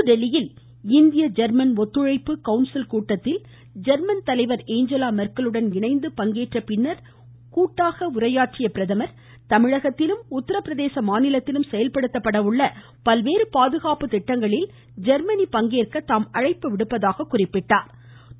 புதுதில்லியில் இந்திய ஜெர்மன் ஒத்துழைப்பு கவுன்சில் கூட்டத்தில் இன்று ஜொ்மன் தலைவர் ஏஞ்சலா மொ்க்கலுடன் இணைந்து பங்கேற்ற பின்னர் உரையாற்றிய பிரதமா் தமிழகத்திலும் உத்தரப்பிரதேச மாநிலத்திலும் செயல்படுத்தப்பட உள்ள பல்வேறு பாதுகாப்பு திட்டங்களில் ஜொ்மனி பங்கேற்க தாம் அழைப்பு விடுப்பதாக குறிப்பிட்டார்